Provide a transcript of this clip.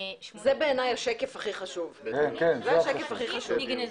82% מהתיקים נגנזו.